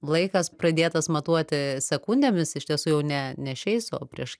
laikas pradėtas matuoti sekundėmis iš tiesų jau ne ne šiais o prieš